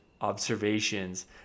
observations